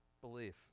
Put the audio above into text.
belief